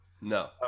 No